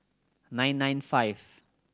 nine nine five